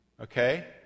Okay